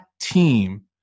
team